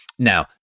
Now